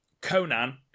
Conan